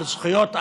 על זכויות אדם.